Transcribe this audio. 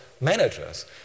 managers